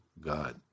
God